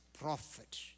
prophet